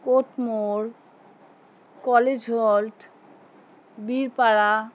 court মোড় college halt Birpara